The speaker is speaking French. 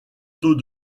taux